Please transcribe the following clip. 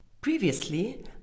Previously